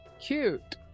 cute